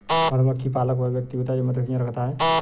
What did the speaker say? मधुमक्खी पालक वह व्यक्ति होता है जो मधुमक्खियां रखता है